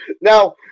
now